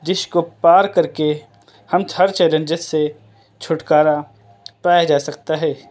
جس کو پار کر کے ہم ہر چیلینج سے چھٹکارا پایا جا سکتا ہے